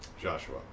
Joshua